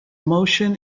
motion